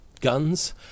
guns